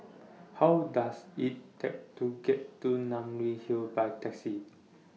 How Does IT Take to get to Namly Hill By Taxi